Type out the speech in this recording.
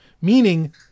meaning